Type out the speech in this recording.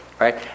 right